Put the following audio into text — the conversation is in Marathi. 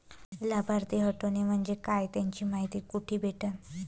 लाभार्थी हटोने म्हंजे काय याची मायती कुठी भेटन?